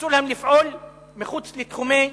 אסור להם לפעול מחוץ לתחומי